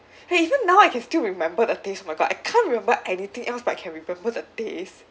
and even now I can still remember the taste oh my god I can't remember anything else but I can remember the taste